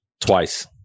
Twice